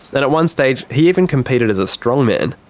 and at one stage he even competed as a strongman.